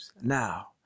Now